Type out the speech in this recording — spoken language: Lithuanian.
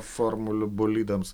formulių bolidams